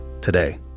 today